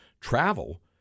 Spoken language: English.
travel